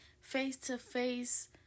face-to-face